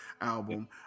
album